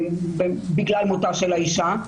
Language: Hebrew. לרשת בגלל מותה של האישה.